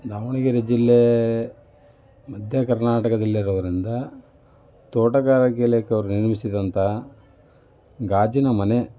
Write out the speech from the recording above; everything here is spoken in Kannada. ದಾವಣಗೆರೆ ಜಿಲ್ಲೆ ಮಧ್ಯ ಕರ್ನಾಟಕದಲ್ಲಿ ಇರೋದರಿಂದ ತೋಟಗಾರಿಕೆ ಇಲಾಖೆಯವ್ರು ನಿರ್ಮಿಸಿದಂಥ ಗಾಜಿನ ಮನೆ